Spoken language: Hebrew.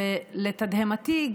לתדהמתי,